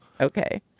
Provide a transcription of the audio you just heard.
Okay